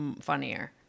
funnier